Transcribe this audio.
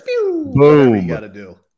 boom